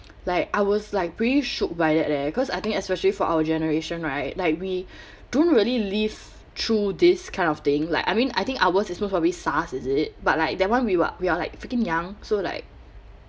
like I was like really shook by that leh cause I think especially for our generation right like we don't really live through this kind of thing like I mean I think ours is most probably SARS is it but like that one we we~ we are like freaking young so like